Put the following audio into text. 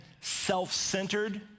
self-centered